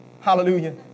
hallelujah